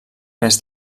pes